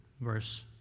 Verse